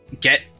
get